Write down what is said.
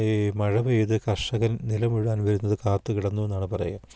മഴപെയ്തു കർഷകൻ നിലം ഉഴുതാൻ വരുന്നത് കാത്തു കിടന്നു എന്നാണ് പറയുക